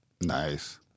Nice